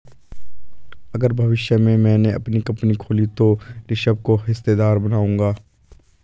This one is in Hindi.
अगर भविष्य में मैने अपनी कंपनी खोली तो ऋषभ को हिस्सेदार बनाऊंगा